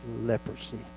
leprosy